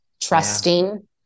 trusting